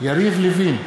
יריב לוין,